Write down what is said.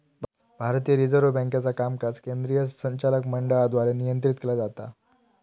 भारतीय रिझर्व्ह बँकेचा कामकाज केंद्रीय संचालक मंडळाद्वारे नियंत्रित केला जाता